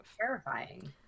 terrifying